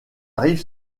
rive